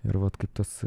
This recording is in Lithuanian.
ir vat kaip tas